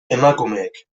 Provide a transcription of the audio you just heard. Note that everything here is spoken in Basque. emakumeek